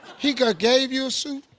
he gave gave you a suit?